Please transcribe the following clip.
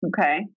Okay